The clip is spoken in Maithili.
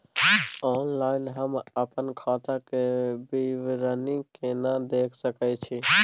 ऑनलाइन हम अपन खाता के विवरणी केना देख सकै छी?